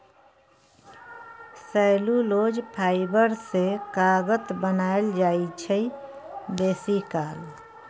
cellulose fibre सँ कागत बनाएल जाइ छै बेसीकाल